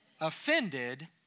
Offended